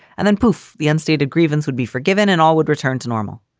and then poof, the unstated grievance would be forgiven and all would return to normal.